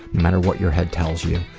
no matter what your head tells you.